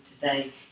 today